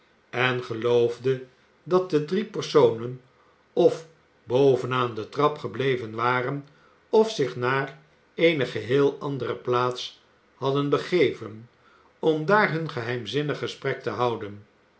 en geloofde dat de drie personen öf boven aan de trap gebleven waren öf zich naar eene geheel andere plaats hadden begeven om daar hun geheimzinnig gesprek te houden